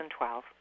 2012